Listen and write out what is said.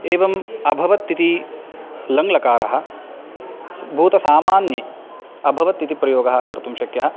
एवम् अभवत् इति लङ्लकारः भूतसामान्ये अभवत् इति प्रयोगः कर्तुं शक्यः